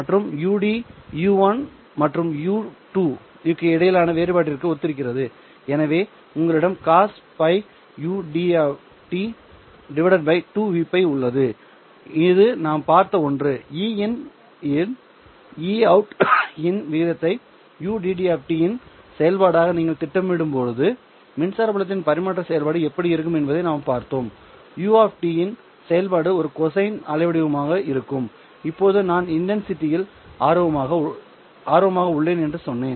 மற்றும் ud u1 மற்றும் u2 க்கு இடையிலான வேறுபாட்டிற்கு ஒத்திருக்கிறது எனவே உங்களிடம் cos πud 2Vπ உள்ளது இது நாம் பார்த்த ஒன்று Ein இன் Eout இன் விகிதத்தை ud இன் செயல்பாடாக நீங்கள் திட்டமிடும்போது மின்சார புலத்தின் பரிமாற்ற செயல்பாடு எப்படி இருக்கும் என்பதையும் நாம் பார்த்தோம் உட் டிud இன் செயல்பாடு ஒரு கொசைன் அலைவடிவமாக இருக்கும் இப்போது நான் இன்டன்சிட்டியில் ஆர்வமாக உள்ளேன் என்று சொன்னேன்